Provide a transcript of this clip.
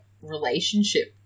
relationship